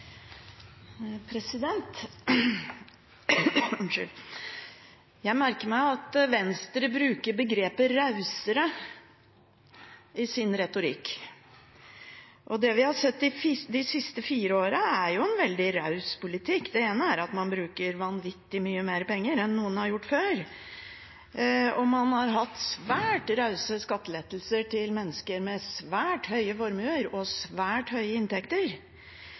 jo en veldig raus politikk. Det ene er at man bruker vanvittig mye mer penger enn noen har gjort før, og man har hatt svært rause skattelettelser til mennesker med svært høye formuer og svært høye inntekter.